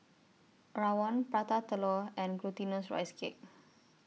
Rawon Prata Telur and Glutinous Rice Cake